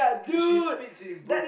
if she spits in bro~